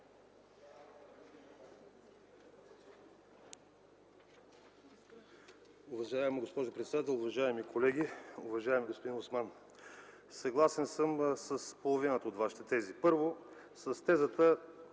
Уважаема госпожо председател, уважаеми колеги! Уважаеми господин Осман, съгласен съм с половината от Вашите тези. Първо, с тезата,